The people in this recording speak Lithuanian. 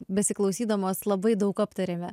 besiklausydamos labai daug aptarėme